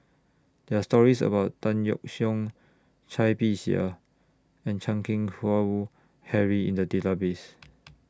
There Are stories about Tan Yeok Seong Cai Bixia and Chan Keng Howe Harry in The Database